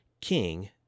king